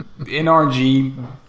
NRG